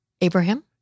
Abraham